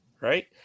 right